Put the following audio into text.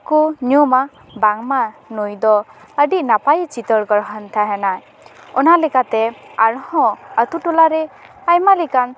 ᱠᱚ ᱧᱩᱢᱟ ᱵᱟᱝᱢᱟ ᱱᱩᱭ ᱫᱚ ᱟᱹᱰᱤ ᱱᱟᱯᱟᱭᱮ ᱪᱤᱛᱟᱹᱨ ᱜᱚᱲᱦᱚᱱ ᱛᱟᱦᱮᱱᱟᱭ ᱚᱱᱟ ᱞᱮᱠᱟᱛᱮ ᱟᱨ ᱦᱚᱸ ᱟᱛᱳ ᱴᱚᱞᱟᱨᱮ ᱟᱭᱢᱟ ᱞᱮᱠᱟᱱ